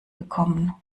bekommen